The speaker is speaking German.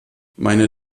meine